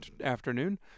afternoon